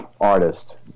artist